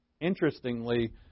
Interestingly